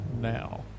now